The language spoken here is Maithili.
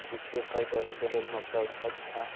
कृषि व्यवसाय करेके लेल मतलब अच्छा अच्छा